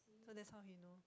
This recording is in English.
so that's how he know